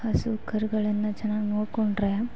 ಹಸು ಕರುಗಳನ್ನು ಚೆನ್ನಾಗಿ ನೋಡಿಕೊಂಡ್ರೆ